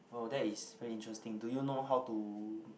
oh that is very interesting do you know how to